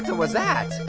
was that?